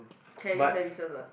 Kelly Services ah